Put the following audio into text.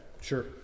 Sure